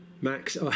max